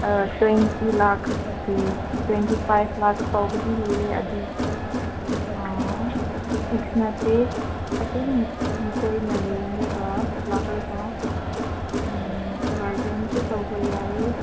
twenty lakhs to twenty five lakhs ꯐꯥꯎꯕꯗꯤ ꯂꯩꯌꯦ ꯑꯗꯨ ꯁꯤꯛꯁ ꯅꯠꯇꯦ ꯑꯗꯨꯝ ꯅꯈꯣꯏꯅ ꯌꯦꯡꯂꯒ ꯂꯥꯛꯂꯒ ꯕꯥꯔꯒꯦꯟꯁꯨ ꯇꯧꯕ ꯌꯥꯏꯌꯦ